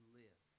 live